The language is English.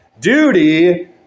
Duty